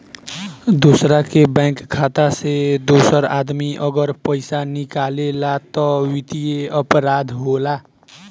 दोसरा के बैंक खाता से दोसर आदमी अगर पइसा निकालेला त वित्तीय अपराध होला